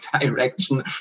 direction